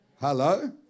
Hello